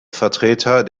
vertreter